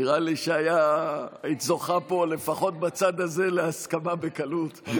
נראה לי שהיית זוכה, לפחות בצד הזה, להסכמה בקלות.